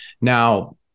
Now